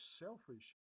selfish